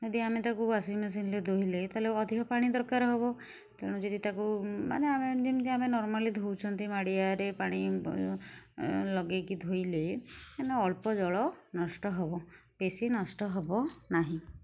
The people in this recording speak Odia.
ଯଦି ଆମେ ତାକୁ ୱାସିଙ୍ଗ୍ ମେସିନ୍ ରେ ଧୋଇଲେ ତାହେଲେ ଅଧିକ ପାଣି ଦରକାର ହେବ ତେଣୁ ଯଦି ତାକୁ ମାନେ ଆମେ ଯେମିତି ଆମେ ନର୍ମାଲି ଧୋଉଛନ୍ତି ମାଡ଼ିଆରେ ପାଣି ଲଗେଇକି ଧୋଇଲେ ମାନେ ଅଳ୍ପ ଜଳ ନଷ୍ଟ ହେବ ବେଶୀ ନଷ୍ଟ ହେବ ନାହିଁ